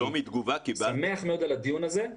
אני שמח מאוד על הדיון הזה.